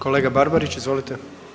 Kolega Barbarić, izvolite.